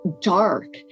dark